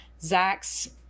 zach's